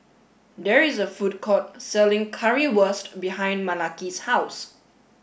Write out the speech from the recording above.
there is a food court selling Currywurst behind Malaki's house